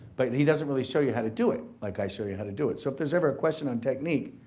but he doesn't really show you how to do it like i show you how to do it. so, if there's ever a question on technique,